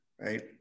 right